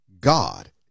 God